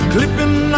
Clipping